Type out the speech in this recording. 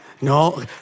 No